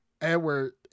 Edward